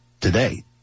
today